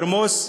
ולרמוס,